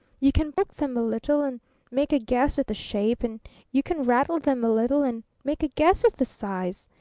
you can poke them a little and make a guess at the shape, and you can rattle them a little and make a guess at the size,